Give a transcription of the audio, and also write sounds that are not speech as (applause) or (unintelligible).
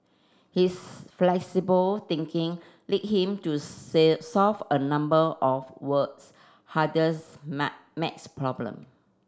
his flexible thinking led him to (unintelligible) solve a number of world's hardest (unintelligible) maths problem